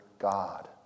God